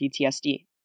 PTSD